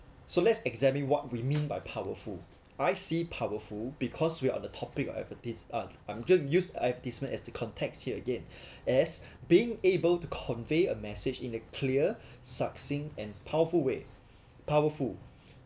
so let's examine what we mean by powerful I see powerful because we're on the topic of advertised art I'm just use advertisement as the context here again as being able to convey a message in a clear succinct and powerful way powerful